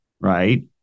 right